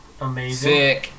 amazing